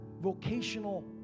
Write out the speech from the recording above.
vocational